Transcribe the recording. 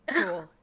Cool